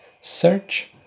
Search